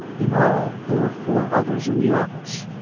in all there were four others in the office,